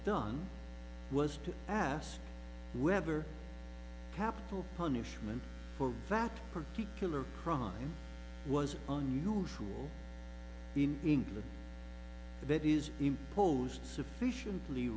done was to ask whether capital punishment for that particular crime was a new fool in england that is imposed sufficiently